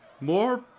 more